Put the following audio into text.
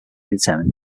determined